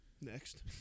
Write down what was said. Next